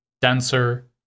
denser